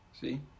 See